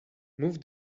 move